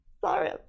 sorry